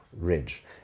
ridge